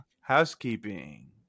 Housekeeping